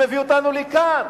שמביא אותנו לכאן,